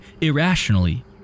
irrationally